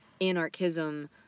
anarchism